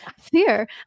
fear